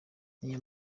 niyo